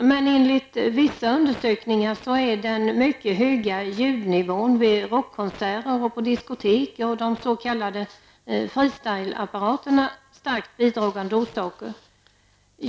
Men enligt vissa undersökningar är den mycket höga ljudnivån vid rockkonserter och på diskotek samt de s.k. free-styleapparaterna starkt bidragande orsaker.